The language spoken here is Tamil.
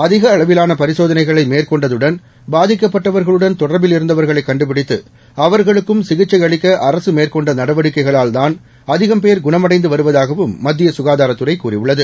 அதிக அளவிலான பரிசோதனைகளை மேற்கொண்டதுடன் பாதிக்கப்பட்டவர்களுடன் தொடர்பில் இருந்தவர்களைக் கண்டுபிடித்து அவர்களுக்கும் சிகிச்சை அளிக்க அரசு மேற்கொண்ட நடவடிக்கைகளால் தான் அதிகம் பேர் குணமடைந்து வருவதாகவும் மத்திய சுகாதாரத்துறை கூறியுள்ளது